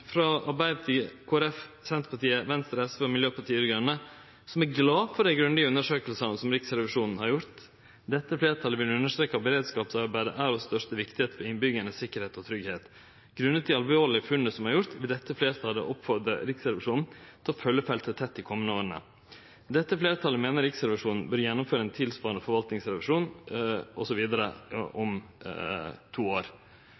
frå Arbeidarpartiet, Kristeleg Folkeparti, Senterpartiet, Venstre, SV og Miljøpartiet Dei Grøne, som er glade for dei grundige undersøkingane som Riksrevisjonen har gjort: «Dette flertallet vil understreke at beredskapsarbeidet er av største viktighet for innbyggernes sikkerhet og trygghet. Grunnet de alvorlige funnene som er gjort, vil dette flertallet oppfordre Riksrevisjonen til å følge feltet tett de kommende årene. Dette flertallet mener Riksrevisjonen bør gjennomføre en tilsvarende forvaltningsrevisjon